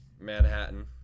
Manhattan